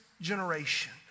generation